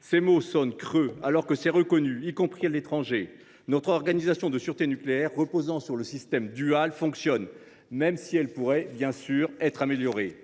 Ces mots sonnent creux, alors qu’il est reconnu, y compris à l’étranger, que notre organisation de sûreté nucléaire, reposant sur un système dual, fonctionne, même si elle pourrait, bien sûr, être améliorée.